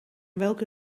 welke